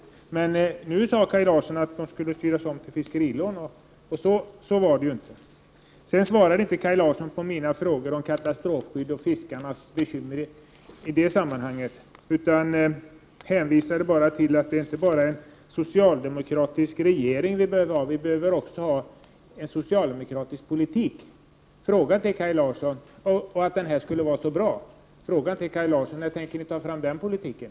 Nu sade Kaj Larsson att de skulle styras om till fiskerilån, men det var väl inte meningen. Kaj Larsson svarade inte på mina frågor om katastrofskydd och fiskarnas bekymmer i det sammanhanget, utan han hänvisade till att det inte bara är en socialdemokratisk regering som behövs, det behövs också en socialdemokratisk politik. Jag vill fråga Kaj Larsson: När tänker ni ta fram den politiken?